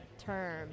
term